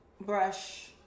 brush